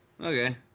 Okay